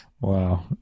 wow